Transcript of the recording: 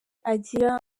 agira